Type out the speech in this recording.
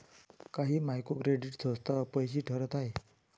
काही micro credit संस्था अपयशी ठरत आहेत